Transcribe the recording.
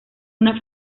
una